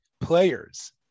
players